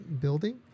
building